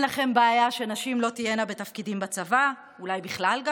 אין לכם בעיה שנשים לא תהיינה בתפקידים בצבא אולי גם בכלל,